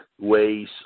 ways